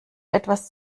etwas